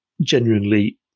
genuinely